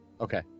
Okay